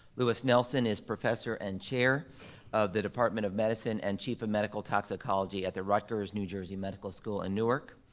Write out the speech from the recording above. lewis nelson is professor and chair of the department of medicine and chief of medical toxicology at the rutgers new jersey medical school in newark.